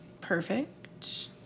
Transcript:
Perfect